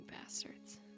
bastards